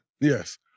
Yes